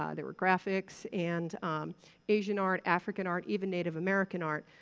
ah there were graphics and asian art, african art, even native american art.